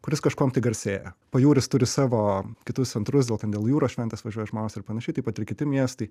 kuris kažkuom tai garsėja pajūris turi savo kitus centrus gal ten dėl jūros šventės važiuoja žmonės ir panašiai taip pat ir kiti miestai